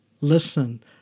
listen